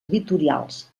editorials